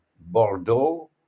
Bordeaux